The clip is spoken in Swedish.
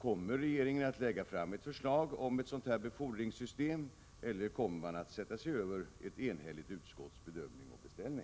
Kommer regeringen att lägga fram förslag om ett sådant befordringssystem, eller kommer man att sätta sig över ett enhälligt utskotts bedömning och beställning?